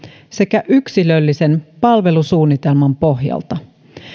sekä yksilöllisen palvelusuunnitelman pohjalta